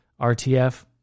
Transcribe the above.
RTF